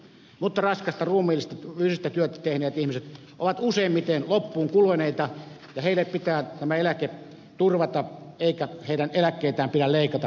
mutta raskasta ruumiillista työ tehneet ihmiset ovat useimmiten loppuun kuluneita ja heille pitää tämä eläke turvata eikä heidän eläkkeitään pidä leikata